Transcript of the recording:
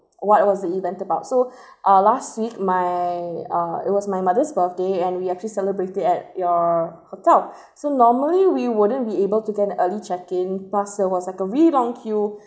what was the event about so uh last week my uh it was my mother's birthday and we actually celebrated at your hotel so normally we wouldn't be able to gain early check in pass it was like a really long queue